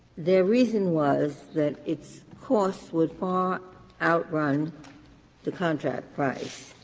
their reason was that its costs would far outrun the contract price,